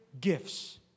gifts